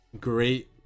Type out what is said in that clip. great